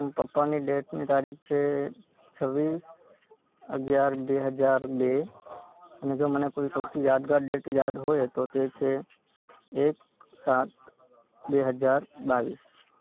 પપ્પાની ડેટની તારીખ છે છવ્વીસ અગિયાર બે હજાર બે અને જો મને કોઈ સૌથી યાદગાર ડેટ યાદ હોય તો તે છે એક સાત બે હજાર બાવીસ